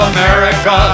America